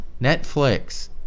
netflix